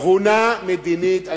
תבונה מדינית,